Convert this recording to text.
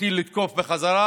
התחיל לתקוף בחזרה.